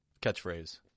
catchphrase